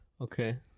Okay